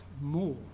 more